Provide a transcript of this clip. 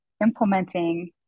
implementing